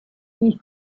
east